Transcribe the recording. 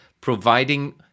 providing